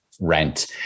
rent